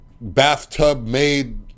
bathtub-made